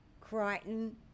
Crichton